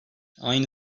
aynı